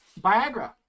Viagra